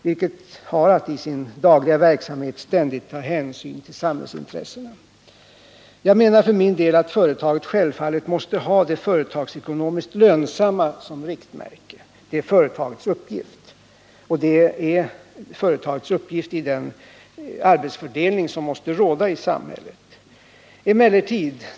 vilket har att i sin dagliga verksamhet ständigt ta hänsyn till samhällsintressena. Jag menar för min del att företaget självfallet måste ha det företagsekonomiskt lönsamma som riktmärke. Det är företagets uppgift enligt den arbetsfördelning som måste råda i samhället. Emellertid.